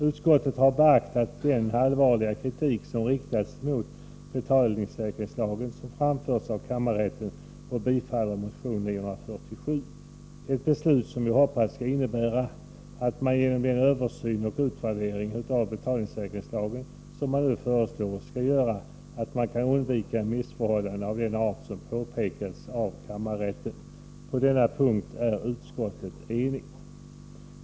Utskottet har beaktat den allvarliga kritik mot betalningssäkringslagen som framförts av kammarrätten och har beslutat tillstyrka motion 947, ett beslut som jag hoppas skall innebära att man genom den översyn och utvärdering av betalningssäkringslagen som föreslås kan undvika missförhållanden av den art som påpekats av kammarrätten. På denna punkt är utskottet enigt.